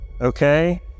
Okay